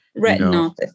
retinopathy